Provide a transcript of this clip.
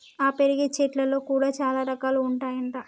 ఆ పెరిగే చెట్లల్లో కూడా చాల రకాలు ఉంటాయి అంట